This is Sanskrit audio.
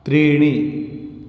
त्रीणि